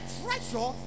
treasure